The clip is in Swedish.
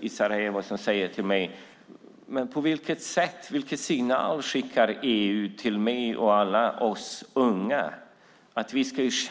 i Sarajevo som sade till mig: Vilka signaler skickar EU till mig och alla andra unga?